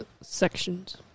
Sections